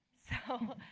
so